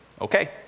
okay